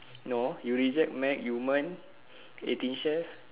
no you reject Mac yumen eighteen chef